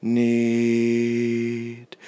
need